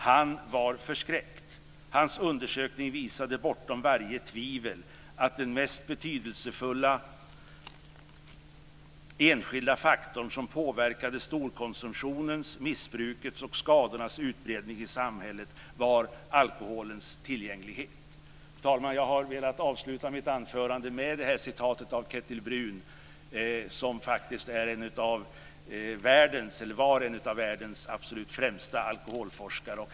Han vart förskräckt. Hans undersökning visade bortom varje tvivel att den mest betydelsefulla enskilda faktorn som påverkade storkonsumtionens, missbrukets och skadornas utbredning i samhället var alkoholens tillgänglighet." Fru talman! Jag har velat avsluta mitt anförande med det här citatet. Kettil Bruun var en av världens absolut främsta alkoholforskare.